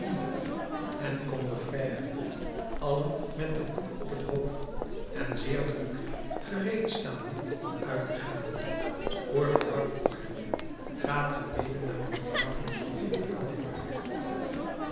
en combeferre allen met den hoed op het hoofd en zeer druk gereed staande om uit te gaan courfeyrac vroeg hem gaat ge mede naar de begrafenis van generaal